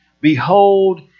behold